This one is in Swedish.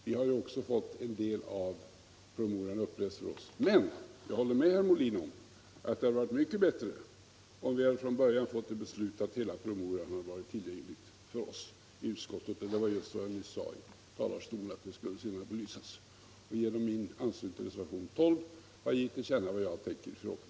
Vi har också fått en del av promemorian uppläst för oss. Men jag håller med herr Molin om att det hade varit mycket bättre om vi från början fått ett beslut om att hela promemorian var tillgänglig för oss i utskottet. Genom min anslutning till reservation 12 har jag givit till känna vad jag tänker i frågan.